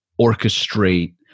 orchestrate